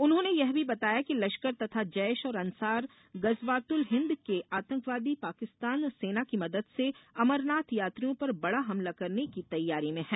उन्होंने यह भी बताया कि लश्कर तथा जैश और अंसार गजुवातुल हिंद के आतंकवादी पाकिस्तानी सेना की मदद से अमरनाथ यात्रियों पर बड़ा हमला करने की तैयारी में हैं